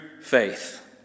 faith